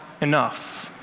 enough